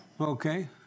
Okay